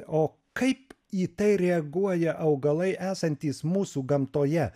o kaip į tai reaguoja augalai esantys mūsų gamtoje